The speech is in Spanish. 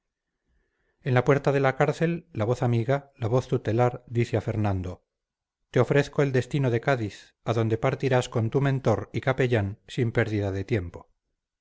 en la puerta de la cárcel la voz amiga la voz tutelar dice a fernando te ofrezco el destino de cádiz adonde partirás con tu mentor y capellán sin pérdida de tiempo